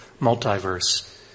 multiverse